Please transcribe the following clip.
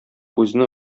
үзенең